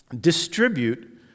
distribute